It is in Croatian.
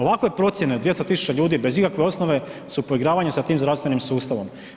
Ovakve procijene od 200 000 ljudi bez ikakve osnove su poigravanje sa tim zdravstvenim sustavom.